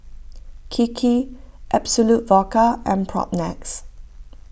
Kiki Absolut Vodka and Propnex